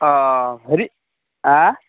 অ হেৰি আ